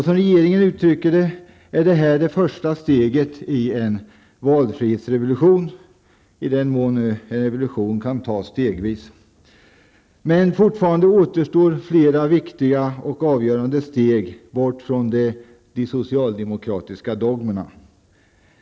Som regeringen uttrycker det är detta det första steget i en valfrihetsrevolution -- i den mån en revolution kan genomföras stegvis. Fortfarande återstår emellertid flera viktiga och avgörande steg bort från de socialdemokratiska dogmerna.